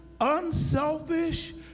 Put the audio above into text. unselfish